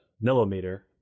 millimeter